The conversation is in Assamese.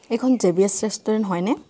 এইখন জে বি এছ ৰেষ্টুৰেণ্ট হয়নে